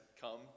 come